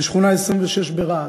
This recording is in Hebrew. בשכונה 26 ברהט.